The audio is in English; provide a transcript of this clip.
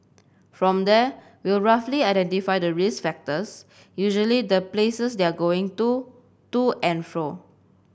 from there we'll roughly identify the risk factors usually the places they're going to to and fro